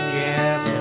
yes